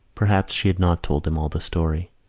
perhaps she had not told him all the story.